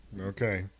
Okay